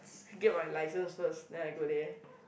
get my licence first then I go there